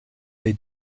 they